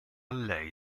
lei